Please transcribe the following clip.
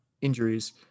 injuries